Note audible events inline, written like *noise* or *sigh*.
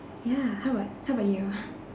ya how about how about you *noise*